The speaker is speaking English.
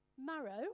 Marrow